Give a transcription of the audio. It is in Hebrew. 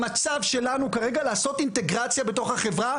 המצב שלנו כרגע לעשות אינטגרציה בתוך החברה,